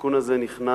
התיקון הזה נכנס